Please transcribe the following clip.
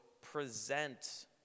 present